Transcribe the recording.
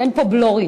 אין פה בלורית.